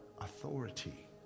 authority